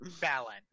Balance